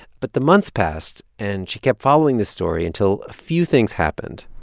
but the months passed, and she kept following this story until a few things happened.